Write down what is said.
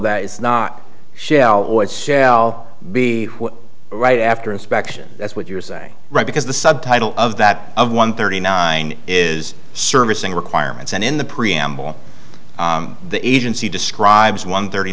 that it's not ship well i'll be right after inspection that's what you're saying right because the subtitle of that of one thirty nine is servicing requirements and in the preamble the agency describes one thirty